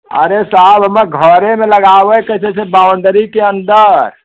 अरे साहब हमें घड़े में लगावे का है जैसे बाउंडरी के अंदर